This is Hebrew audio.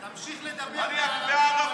תמשיך לדבר בערבית.